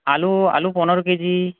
আলু আলু পনেরো কেজি